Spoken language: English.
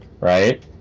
right